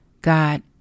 God